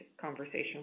conversation